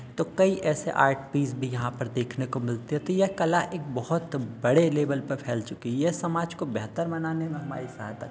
तो कई ऐसे आर्ट पीस भी यहाँ पर देखने को मिलते हैं तो यह कला एक बहुत बड़े लेवल पर फैल चुकी है यह समाज को बेहतर बनाने में हमारी सहायता करते हैं